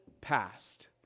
past